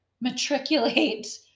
matriculate